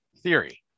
Theory